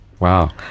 Wow